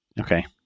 Okay